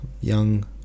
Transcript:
Young